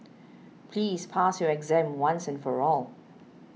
please pass your exam once and for all